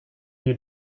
you